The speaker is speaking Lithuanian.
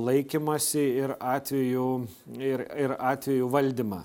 laikymąsi ir atvejų ir ir atvejų valdymą